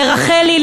לרחלי,